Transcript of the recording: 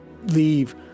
leave